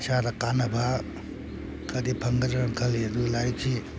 ꯏꯁꯥꯗ ꯀꯥꯟꯅꯕ ꯈꯔꯗꯤ ꯐꯪꯒꯗ꯭ꯔꯅ ꯈꯜꯂꯤ ꯑꯗꯨ ꯂꯥꯏꯔꯤꯛꯁꯤ